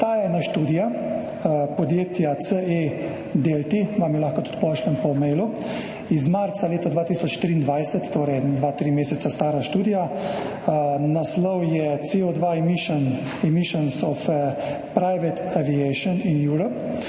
ena študija podjetja CE Delft, vam jo lahko tudi pošljem po mailu, iz marca leta 2023, torej dva, tri mesece stara študija, naslov je CO2 emissions of private aviation in Europe.